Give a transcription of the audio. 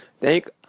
thank